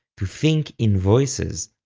to think in voices,